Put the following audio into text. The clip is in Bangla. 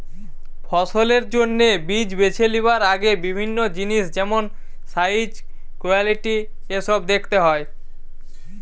ফসলের জন্যে বীজ বেছে লিবার আগে বিভিন্ন জিনিস যেমন সাইজ, কোয়ালিটি এসোব দেখতে হয়